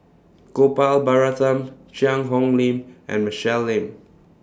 Gopal Baratham Cheang Hong Lim and Michelle Lim